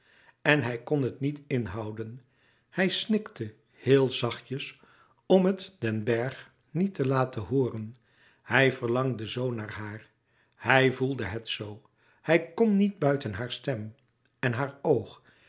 en hij kon het niet inhouden hij snikte heel zachtjes om het den bergh niet te laten hooren hij verlangde zoo naar haar hij voelde het zoo hij kon niet buiten haar stem en haar oog